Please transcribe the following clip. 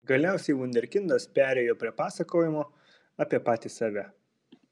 galiausiai vunderkindas perėjo prie pasakojimo apie patį save